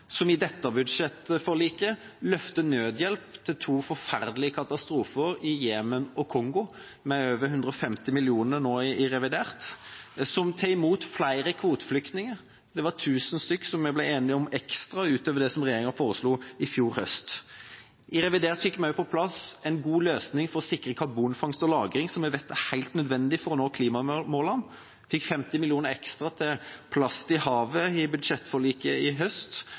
som i dette budsjettforliket løfter nødhjelpen til to forferdelige katastrofer, i Jemen og i Kongo, med over 150 mill. kr i revidert nasjonalbudsjett, og som tar imot flere kvoteflyktninger. Vi ble enige om 1 000 ekstra ut over det regjeringa foreslo i fjor høst. I revidert nasjonalbudsjett har vi også fått på plass en god løsning for å sikre karbonfangst og -lagring, som vi vet er helt nødvendig for å nå klimamålene. Vi fikk 50 mill. kr ekstra for å bekjempe plast i havet i budsjettforliket i høst